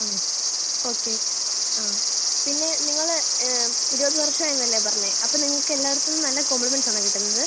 ആ ഓക്കെ ആ പിന്നെ നിങ്ങൾ ഇരുപത് വർഷം ആയി എന്നല്ലേ പറഞ്ഞത് അപ്പം നിങ്ങൾക്ക് എല്ലായിടത്തും നല്ല കോംപ്ലിമെൻറ്റ്സ് ആണോ കിട്ടുന്നത്